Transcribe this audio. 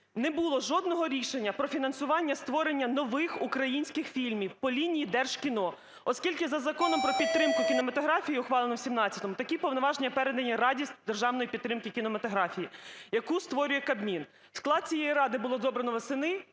не було жодного рішення про фінансування створення нових українських фільмів по лінії Держкіно? Оскільки за Законом про підтримку кінематографії, ухваленого в 17-му, такі повноваження передані Раді з державної підтримки кінематографії, яку створює Кабмін. Склад цієї ради було обрано восени